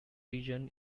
region